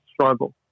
struggle